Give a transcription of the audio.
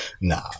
No